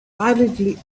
violently